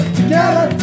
together